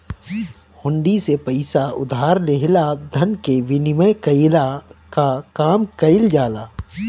हुंडी से पईसा उधार लेहला धन के विनिमय कईला कअ काम कईल जाला